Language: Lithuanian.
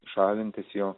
šalintis jo